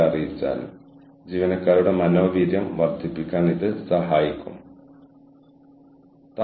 ഇപ്പോൾ സുസ്ഥിരതയുടെ വ്യാഖ്യാനങ്ങൾ മാനദണ്ഡ പ്രകാരമായിരിക്കാം കാര്യക്ഷമതയുമായി ബന്ധപ്പെട്ടതും പദാർത്ഥവുമായി ബന്ധപ്പെട്ടതും ആകാം